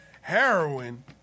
heroin